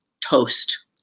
toast